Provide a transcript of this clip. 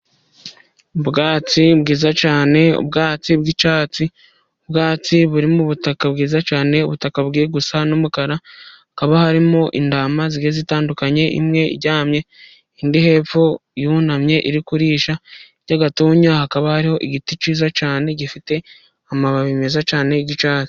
Ubwatsi bwiza cyane ubwatsi bw'icyatsi, ubwatsi buri mu butaka bwiza cyane ubutaka bugiye gusa n'umukara hakaba harimo intama zigiye zitandukanye, imwe iryamye indi hepfo yunamye iri kurisha, hirya gatoya hakaba hariho igiti cyiza cyane, gifite amababi meza cyane y'icyatsi.